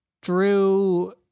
Drew